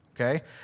okay